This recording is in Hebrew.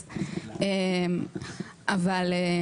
אבל,